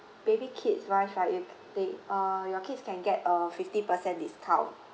baby kids right they uh your kids can get a fifty percent discount